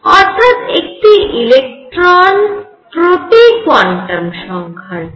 অর্থাৎ একটি ইলেকট্রন প্রতি কোয়ান্টাম সংখ্যার জন্য